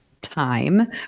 time